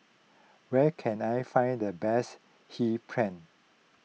where can I find the best Hee Pan